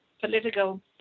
political